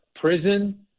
prison